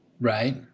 Right